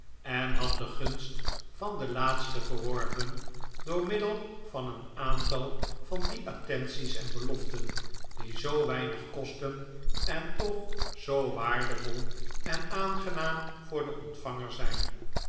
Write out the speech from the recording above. en had de gunst van de laatste verworven door middel van een aantal van die attenties en beloften die zoo weinig kosten en toch zoo waardevol en aangenaam voor den ontvanger zijn